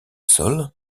sol